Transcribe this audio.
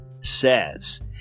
says